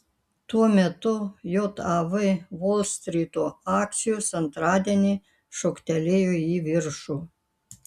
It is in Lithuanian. tuo metu jav volstryto akcijos antradienį šoktelėjo į viršų